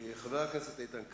חבר הכנסת איתן כבל,